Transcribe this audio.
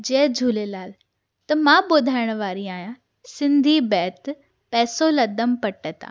जय झूलेलाल त मां ॿुधाइण वारी आहियां सिंधी बैत पैसो लधमि पट तां